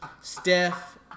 Steph